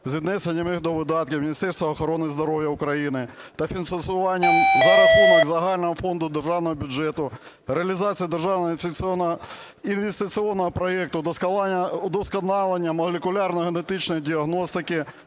віднесенням їх до видатків Міністерства охорони здоров'я України та фінансування за рахунок загального фонду державного бюджету "Реалізацію державного інвестиційного проекту: удосконалення молекулярної генетичної діагностики